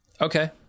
okay